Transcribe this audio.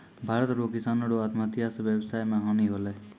भारत रो किसानो रो आत्महत्या से वेवसाय मे हानी होलै